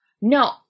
No